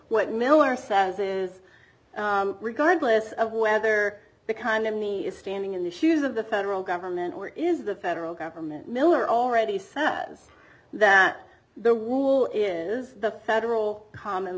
what miller says is regardless of whether the kind of me is standing in the shoes of the federal government or is the federal government miller already said that the wool is the federal common